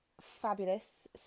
fabulous